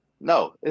No